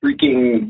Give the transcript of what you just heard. freaking